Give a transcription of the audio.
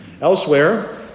Elsewhere